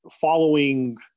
following